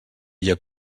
via